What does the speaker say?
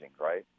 right